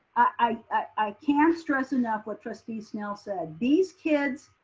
i can't stress enough what trustee snell said. these kids,